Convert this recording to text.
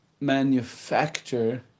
manufacture